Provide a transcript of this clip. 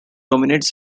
dominates